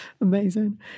Amazing